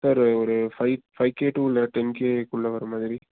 sir ஒரு five five K to இல்லை ten கேகுள்ள வர மாதிரி